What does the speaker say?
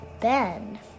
Ben